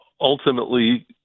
ultimately